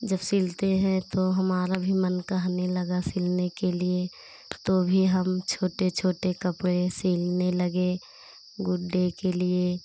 जब सिलते हैं तो हमारा भी मन कहने लगा सिलने के लिए तो भी हम छोटे छोटे कपड़े सिलने लगे गुड्डे के लिए